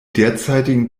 derzeitigen